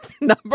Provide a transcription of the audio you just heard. number